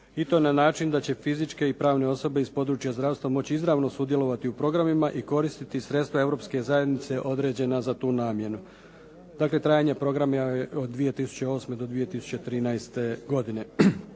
i to na način da će fizičke i pravne osobe iz područja zdravstva moći izravno sudjelovati u programima i koristiti sredstava Europske zajednice određena za tu namjenu. Dakle, trajanje programa je od 2008. do 2013. godine.